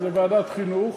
זאת ועדת החינוך,